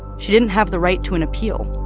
she didn't have the right to an appeal.